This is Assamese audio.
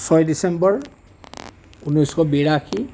ছয় ডিচেম্বৰ ঊনৈছশ বিৰাশী